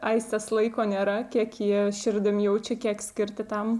aistės laiko nėra kiek ji širdim jaučia kiek skirti tam